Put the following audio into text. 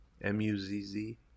M-U-Z-Z